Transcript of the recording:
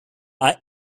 are